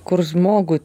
kur žmogų